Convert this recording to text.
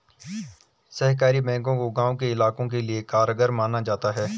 सहकारी बैंकों को गांव के इलाकों के लिये कारगर माना जाता है